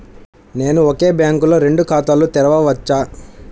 నేను ఒకే బ్యాంకులో రెండు ఖాతాలు తెరవవచ్చా?